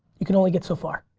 you can only get so far.